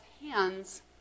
hands